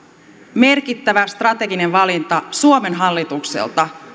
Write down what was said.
merkittävä strateginen valinta suomen hallitukselta